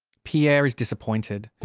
pierre is disappointed.